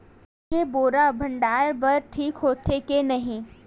Jute के बोरा भंडारण बर ठीक होथे के नहीं?